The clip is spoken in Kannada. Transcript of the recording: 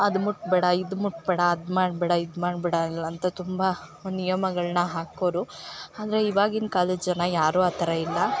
ಅದು ಮುಟ್ಟಬೇಡ ಇದು ಮುಟ್ಟಬೇಡ ಅದು ಮಾಡಬೇಡ ಇದು ಮಾಡಬೇಡ ಅಲ್ಲಂತ ತುಂಬ ನಿಯಮಗಳನ್ನ ಹಾಕೋರು ಆದರೆ ಇವಾಗಿನ ಕಾಲದ ಜನ ಯಾರು ಆ ಥರ ಇಲ್ಲ